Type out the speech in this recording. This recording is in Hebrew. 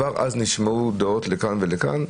כבר אז נשמעו דעות לכאן ולכאן.